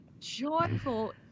joyful